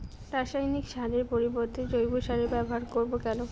রাসায়নিক সারের পরিবর্তে জৈব সারের ব্যবহার করব কেন?